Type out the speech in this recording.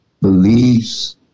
beliefs